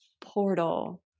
portal